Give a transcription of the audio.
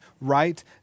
right